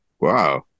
Wow